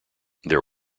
there